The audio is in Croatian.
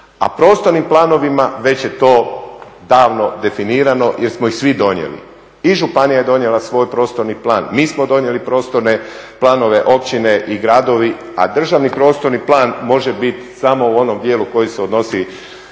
a prostornim planovima već je to davno definirano jel smo ih svi donijeli. I županija je donijela svoj prostorni plan, mi smo donijeli prostorne planove općine i gradovi, a državni prostorni plan može biti samo u onom dijelu koji se odnosi